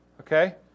Okay